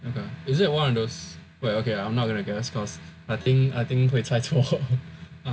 is it one of those well okay I'm not going to guess cause I think I think 会猜错